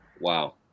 Wow